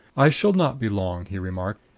i shall not be long, he remarked.